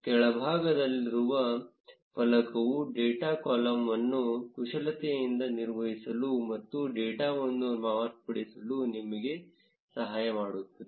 ಕೆಳಭಾಗದಲ್ಲಿರುವ ಫಲಕವು ಡೇಟಾ ಕಾಲಮ್ಗಳನ್ನು ಕುಶಲತೆಯಿಂದ ನಿರ್ವಹಿಸಲು ಮತ್ತು ಡೇಟಾವನ್ನು ಮಾರ್ಪಡಿಸಲು ನಿಮಗೆ ಸಹಾಯ ಮಾಡುತ್ತದೆ